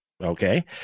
okay